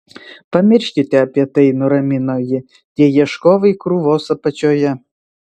pamirškite apie tai nuramino ji tie ieškovai krūvos apačioje